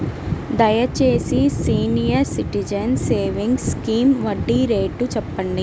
దయచేసి senior citizens savings scheme వడ్డీ rate చెప్పండి